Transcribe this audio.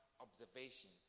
observation